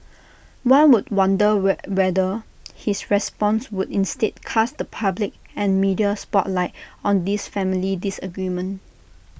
one would wonder whether his response would instead cast the public and media spotlight on this family disagreement